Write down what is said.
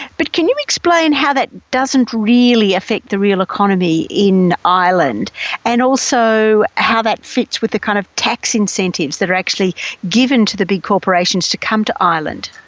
but can you explain how that doesn't really affect the real economy in ireland and also how that fits with the kind of tax incentives that are actually given to the big corporations to come to ireland?